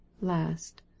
last